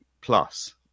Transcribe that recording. plus